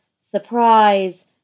surprise